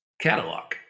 catalog